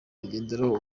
yagendeyeho